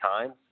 times